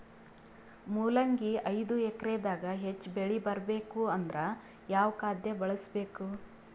ಮೊಲಂಗಿ ಐದು ಎಕರೆ ದಾಗ ಹೆಚ್ಚ ಬೆಳಿ ಬರಬೇಕು ಅಂದರ ಯಾವ ಖಾದ್ಯ ಬಳಸಬೇಕು?